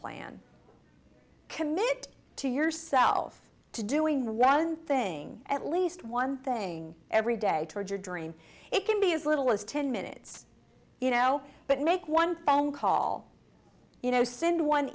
plan commit to yourself to doing one thing at least one thing every day toward your dream it can be as little as ten minutes you know but make one phone call you know send one